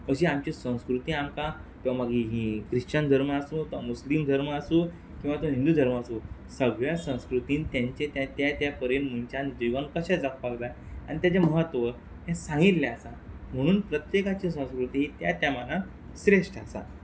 अशी आमची संस्कृती आमकां तो मागी ही क्रिश्चन धर्म आसूं तो मुस्लीम धर्म आसूं किंवां तो हिंदू धर्म आसूं सगळ्या संस्कृतीन तेंचें त्या त्या त्या परेन मनशान जिवन कशें जगपाक जाय आन तेजें म्हत्व हें सांगिल्लें आसा म्हुणून प्रत्येकाची संस्कृती त्या त्या मानान श्रेश्ठ आसा